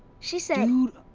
she said dude,